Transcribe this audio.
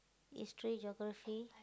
history geography